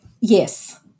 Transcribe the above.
yes